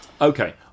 Okay